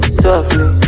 softly